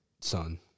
son